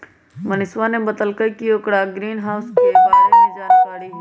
मनीषवा ने बतल कई कि ओकरा ग्रीनहाउस के बारे में जानकारी हई